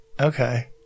Okay